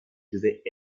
devait